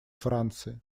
франции